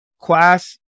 class